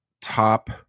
top